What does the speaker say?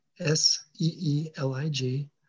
S-E-E-L-I-G